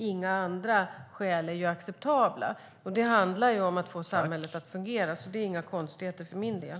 Inga andra skäl är acceptabla. Det handlar om att få samhället att fungera, så det är inga konstigheter för min del.